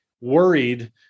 worried